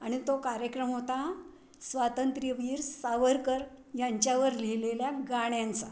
आणि तो कार्यक्रम होता स्वातंत्र्यवीर सावरकर यांच्यावर लिहिलेल्या गाण्यांचा